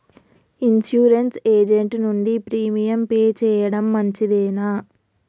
Insurance agent నుండి premium pay చేయడం మంచిదేనా?